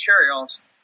materials